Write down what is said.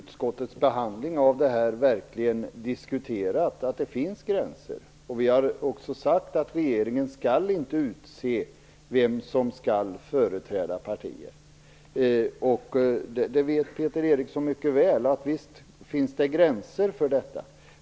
Fru talman! Vi har ju i utskottets behandling av det här verkligen diskuterat gränsdragningen, och vi har också sagt att regeringen inte skall utse vilka som skall företräda partier. Peter Eriksson vet mycket väl att det visst finns gränser för detta.